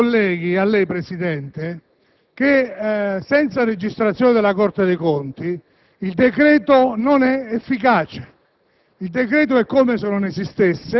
Vorrei ricordare ai colleghi e a lei, Presidente, che senza registrazione della Corte dei conti il decreto non è efficace.